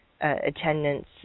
attendance